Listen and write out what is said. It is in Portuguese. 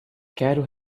quero